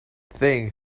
think